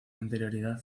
anterioridad